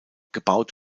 gebaut